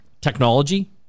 Technology